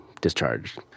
discharged